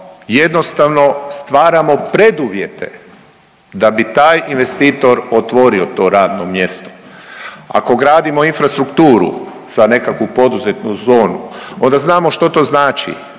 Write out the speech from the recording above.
jednostavno stvaramo preduvjete da bi taj investitor otvorio to radno mjesto. Ako gradimo infrastrukturu za nekakvu poduzetnu zonu onda znamo što to znači,